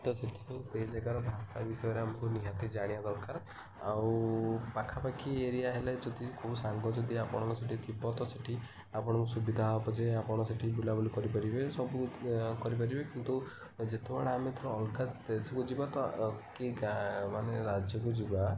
ତ ସେଥିପାଇଁ ସେ ଜାଗାର ଭାଷା ବିସୟରେ ଆମକୁ ନିହାତି ଜାଣିବା ଦରକାର ଆଉ ପାଖାପାଖି ଏରିଆ ହେଲେ ଯଦି କେଉଁ ସାଙ୍ଗ ଯଦି ଆପଣଙ୍କ ସେଠାରେ ଥିବ ତ ସେଠାରେ ଆପଣଙ୍କୁ ସୁବିଧା ହେବ ଯେ ଆପଣ ସେଠାରେ ବୁଲାବୁଲି କରିପାରିବେ ସବୁ କରିପାରିବେ କିନ୍ତୁ ଯେତେବେଳେ ଆମେ ଅଲଗା ଦେଶକୁ ଯିବା ତ କି ଗାଁ ମାନେ ରାଜ୍ୟକୁ ଯିବା